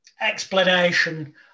explanation